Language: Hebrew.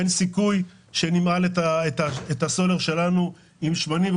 אין סיכוי שנמהל את הסולר שלנו עם שמנים.